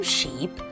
Sheep